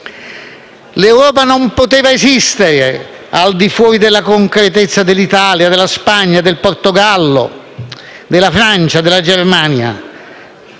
L'Europa non poteva esistere al di fuori della concretezza dell'Italia, della Spagna, del Portogallo, della Francia, della Germania